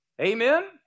Amen